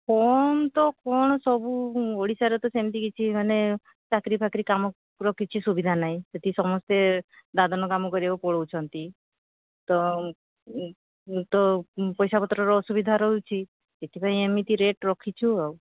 କମ୍ ତ କ'ଣ ସବୁ ଓଡ଼ିଶାରେ ତ ସେମିତି କିଛି ମାନେ ଚାକିରୀ ଫାକିରୀ କାମର କିଛି ସୁବିଧା ନାଇଁ ସେଠି ସମସ୍ତେ ଦାଦନ କାମ କରିବାକୁ ପଳାଉଛନ୍ତି ତ ତ ପଇସା ପତ୍ରର ଅସୁବିଧା ରହୁଛି ସେଇଥିପାଇଁ ଏମିତି ରେଟ୍ ରଖିଛୁ ଆଉ